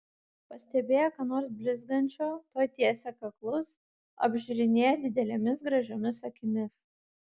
pastebėję ką nors blizgančio tuoj tiesia kaklus apžiūrinėja didelėmis gražiomis akimis